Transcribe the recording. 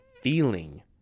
feeling